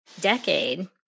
decade